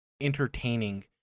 entertaining